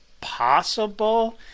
possible